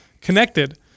connected